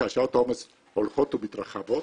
שעות העומס הולכות ומתרחבות,